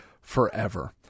Forever